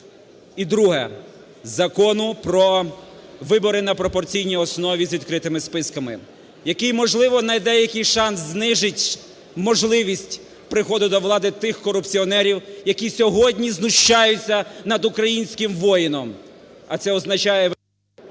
І друге - Закону про вибори на пропорційній основі з відкритими списками, який, можливо, найде якийсь шанс знизити можливість приходу до влади тих корупціонерів, які сьогодні знущаються над українським воїном. А це означає…